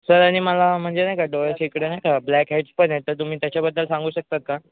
sir आणि मला म्हणजे नाही का डोळ्याच्या इकडं नाही का ब्लॅकहेडस पण येतात तुम्ही त्याच्याबद्दल सांगू शकतात का